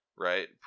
right